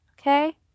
Okay